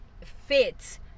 fits